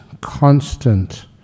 Constant